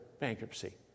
bankruptcy